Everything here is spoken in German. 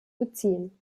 beziehen